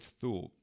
thought